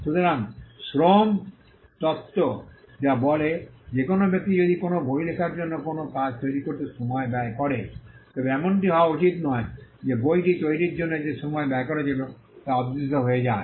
সুতরাং শ্রম তত্ত্ব যা বলে যে কোনও ব্যক্তি যদি কোনও বই লেখার জন্য কোনও কাজ তৈরি করতে সময় ব্যয় করে তবে এমনটি হওয়া উচিত নয় যে বইটি তৈরির জন্য যে শ্রম ব্যয় করা হয়েছিল তা অদৃশ্য হয়ে যায়